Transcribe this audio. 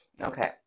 okay